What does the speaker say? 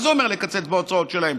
מה זה אומר לקצץ בהוצאות שלהם?